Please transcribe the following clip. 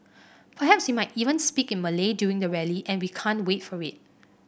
perhaps he might even speak in Malay during the rally and we can't wait for it